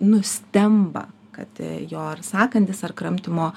nustemba kad jo ar sąkandis ar kramtymo